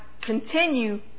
continue